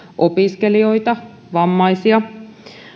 opiskelijoita vammaisia